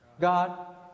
God